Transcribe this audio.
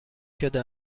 شده